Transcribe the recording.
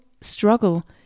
struggle